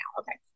Okay